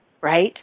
right